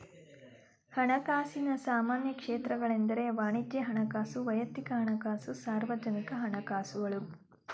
ಹಣಕಾಸಿನ ಸಾಮಾನ್ಯ ಕ್ಷೇತ್ರಗಳೆಂದ್ರೆ ವಾಣಿಜ್ಯ ಹಣಕಾಸು, ವೈಯಕ್ತಿಕ ಹಣಕಾಸು, ಸಾರ್ವಜನಿಕ ಹಣಕಾಸುಗಳು